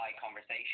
conversation